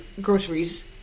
groceries